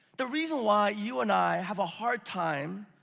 the reason why you and i have a hard time,